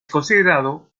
considerado